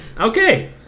Okay